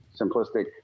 simplistic